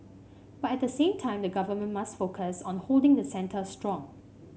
but at the same time the Government must focus on holding the centre strong